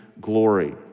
glory